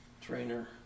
trainer